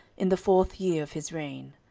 in the fourth year of his reign.